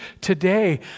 today